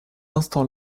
instant